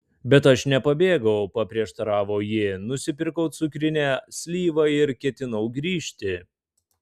bet aš nepabėgau paprieštaravo ji nusipirkau cukrinę slyvą ir ketinau grįžti